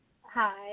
Hi